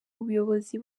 ubuyobozi